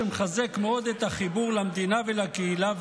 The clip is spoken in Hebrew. שמחזק מאוד את החיבור למדינה ולקהילה,